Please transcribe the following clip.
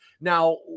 Now